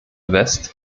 west